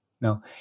no